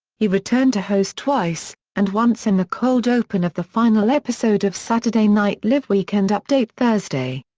he returned to host twice, and once in the cold open of the final episode of saturday night live weekend update thursday.